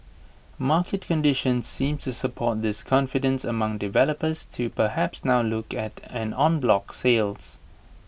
market conditions seems to support this confidence among developers to perhaps now look at en bloc sales